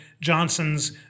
Johnson's